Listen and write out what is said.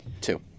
Two